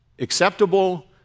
Acceptable